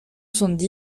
soixante